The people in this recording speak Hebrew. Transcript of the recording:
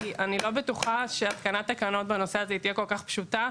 כי אני לא בטוחה שהתקנת תקנות בנושא הזה תהיה כל כך פשוטה,